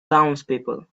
townspeople